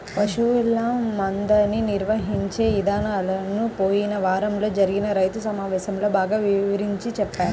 పశువుల మందని నిర్వహించే ఇదానాలను పోయిన వారంలో జరిగిన రైతు సమావేశంలో బాగా వివరించి చెప్పారు